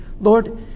Lord